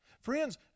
Friends